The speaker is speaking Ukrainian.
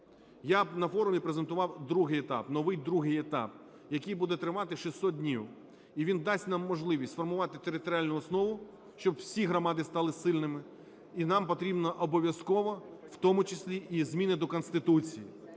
Я б на форумі презентував другий етап, новий другий етап, який буде тривати 600 днів, і він дасть нам можливість сформувати територіальну основу, щоб всі громади стали сильними. І нам потрібно обов'язково, в тому числі і зміни до Конституції.